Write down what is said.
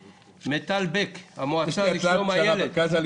מיטל בק מן המועצה לשלום הילד.